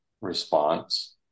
response